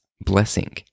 blessing